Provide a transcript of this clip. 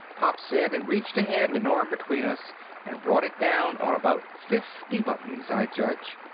pop said and reached a hand and arm between us and brought it down on about fifty buttons, i'd judge.